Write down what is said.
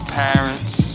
parents